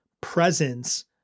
presence